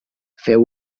feu